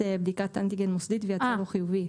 בדיקת אנטיגן מוסדית והוא יצא חיובי,